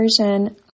version